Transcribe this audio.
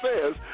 says